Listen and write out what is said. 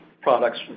products